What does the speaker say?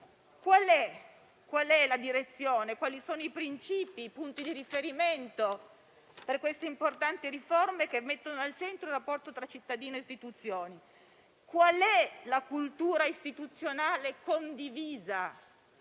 la direzione, quali sono i principi, i punti di riferimento per queste importanti riforme che mettono al centro il rapporto tra cittadino e istituzioni? Qual è la cultura istituzionale condivisa,